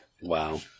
wow